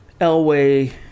Elway